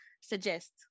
suggest